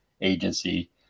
agency